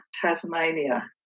Tasmania